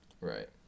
right